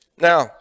Now